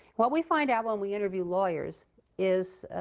what we find out when we interview lawyers is